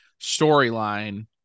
storyline